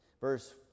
verse